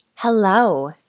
Hello